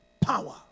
power